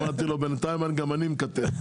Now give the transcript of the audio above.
אמרתי לו בינתיים גם אני מקטר,